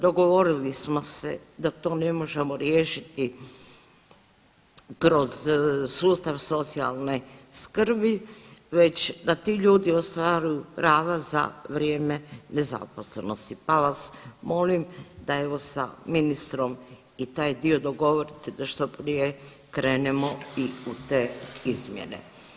Dogovorili smo se da to ne možemo riješiti kroz sustav socijalne skrbi već da ti ljudi ostvaruju prava za vrijeme nezaposlenosti pa vas molim da, evo sa ministrom i taj dio dogovorite da što prije krenemo i u te izmjene.